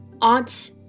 aunt